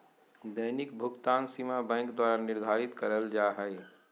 दैनिक भुकतान सीमा बैंक द्वारा निर्धारित करल जा हइ